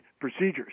procedures